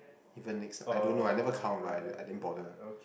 even next I don't know I never count but I didn~ I didn't bother